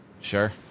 Sure